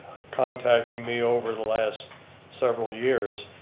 contacting me over the last several years.